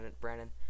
Brandon